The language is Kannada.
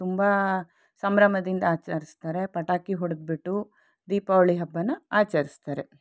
ತುಂಬ ಸಂಭ್ರಮದಿಂದ ಆಚರಿಸ್ತಾರೆ ಪಟಾಕಿ ಹೊಡೆದ್ಬಿಟ್ಟು ದೀಪಾವಳಿ ಹಬ್ಬನ ಆಚರಿಸ್ತಾರೆ